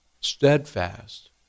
steadfast